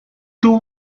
tuvo